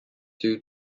two